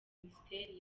minisiteri